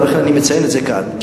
ולכן אני מציין את זה כאן.